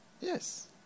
Yes